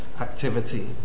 activity